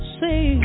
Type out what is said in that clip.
say